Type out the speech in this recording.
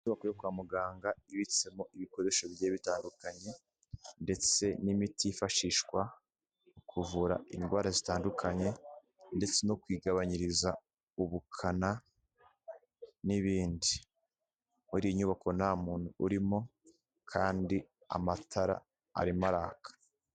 Inyubako yo kwa muganga ibitsemo ibikoresho bigiye bitandukanye, ndetse n'imiti yifashishwa mu kuvura indwara zitandukanye, ndetse no kuyigabanyiriza ubukana, n'ibindi. Muri iyi nyubako nta muntu urimo, kandi amatara arimo araka.